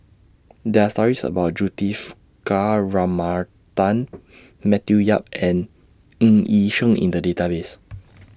There Are stories about Juthika Ramanathan Matthew Yap and Ng Yi Sheng in The Database